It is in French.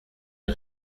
est